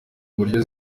uburyo